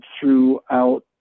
throughout